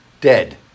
dead